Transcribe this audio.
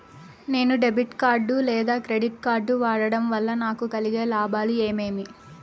నేను debit card లేదా credit card వాడడం వల్ల నాకు కలిగే లాభాలు ఏమేమీ?